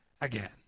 again